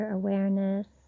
awareness